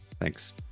Thanks